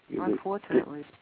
Unfortunately